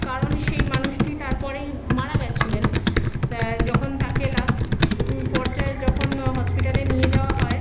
কারণ সেই মানুষটি তারপরেই মারা গেছিলেন যখন তাকে লাস্ট পর্যায়ে যখন হসপিটালে নিয়ে যাওয়া হয়